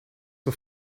for